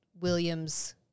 Williams